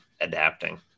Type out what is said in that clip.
adapting